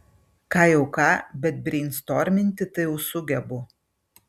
ką jau ką bet breinstorminti tai jau sugebu